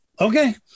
okay